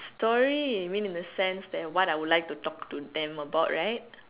story you mean in the sense there what I would like to talk to them about right